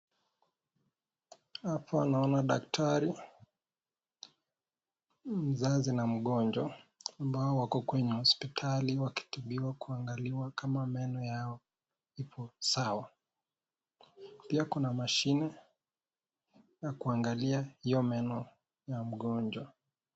Hapa naona daktari ,mzazi na mgonjwa. Ambao wako kwenye hospitali wakitibiwa kuangaliwa kama meno yao iko sawa. Pia kuna mashine yakuangali hiyo meno ya mgonjwa.